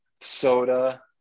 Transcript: soda